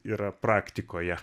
yra praktikoje